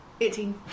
Eighteen